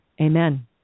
Amen